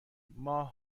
ماه